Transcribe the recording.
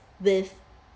with